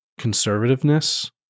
conservativeness